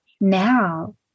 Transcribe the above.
now